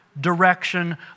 direction